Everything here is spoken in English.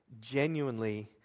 genuinely